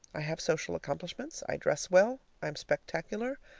i have social accomplishments. i dress well, i'm spectacular,